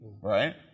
right